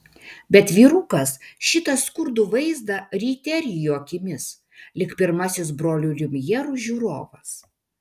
bet vyrukas šitą skurdų vaizdą ryte rijo akimis lyg pirmasis brolių liumjerų žiūrovas